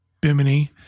Bimini